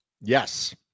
Yes